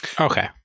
Okay